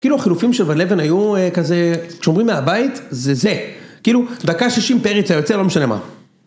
כאילו החילופים של ואן לייבן היו כזה, "שומרים מהבית" - זה זה. כאילו, דקה 60, פרץ היוצא, לא משנה מה.